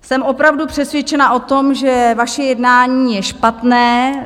Jsem opravdu přesvědčena o tom, že vaše jednání je špatné.